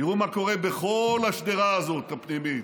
תראו מה קורה בכל השדרה הזאת, הפנימית.